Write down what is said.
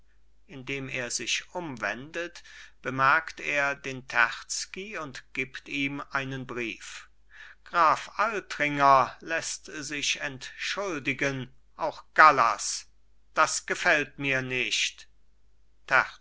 indem er sich umwendet bemerkt er den terzky und gibt ihm einen brief graf altringer läßt sich entschuldigen auch gallas das gefällt mir nicht